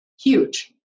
huge